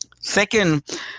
Second